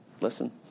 listen